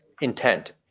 intent